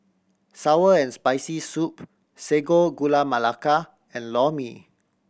sour and Spicy Soup Sago Gula Melaka and Lor Mee